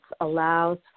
allows